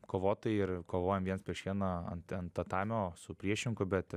kovotojai ir kovojam viens prieš vieną ant tatamio su priešininku bet